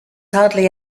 hardly